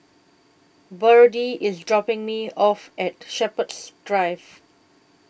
Berdie IS dropping Me off At Shepherds Drive